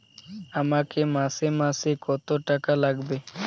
আমাকে মাসে মাসে কত টাকা লাগবে?